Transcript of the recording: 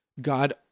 God